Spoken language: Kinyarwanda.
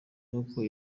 n’uko